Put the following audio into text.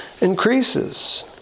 increases